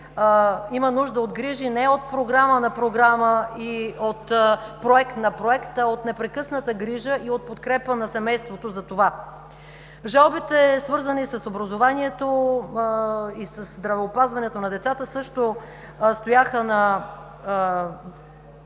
има нужда от грижи не от програма на програма и от проект на проект, а от непрекъсната грижа и подкрепа на семейството за това. Жалбите, свързани с образованието и със здравеопазването на децата, също стояха като